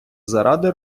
заради